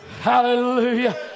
Hallelujah